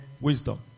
wisdom